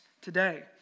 today